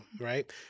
right